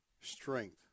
strength